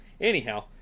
anyhow